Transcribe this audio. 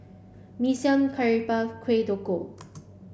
Mee Siam Curry Puff Kueh DoKok